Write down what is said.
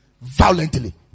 violently